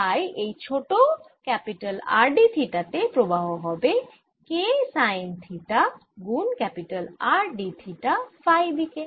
তাই এই ছোট R d থিটা তে প্রবাহ হবে K সাইন থিটা গুন R d থিটা ফাই দিকে